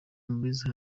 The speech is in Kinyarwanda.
mubizi